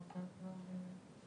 ונכון